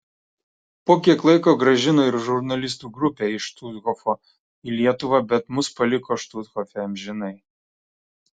po kiek laiko grąžino ir žurnalistų grupę iš štuthofo į lietuvą bet mus paliko štuthofe amžinai